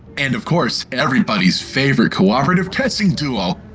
and of course everybody's favourite cooperative testing duo!